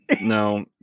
no